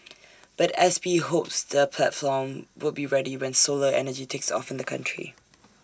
but S P hopes the platform would be ready when solar energy takes off in the country